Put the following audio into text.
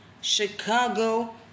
Chicago